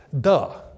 Duh